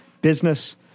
Business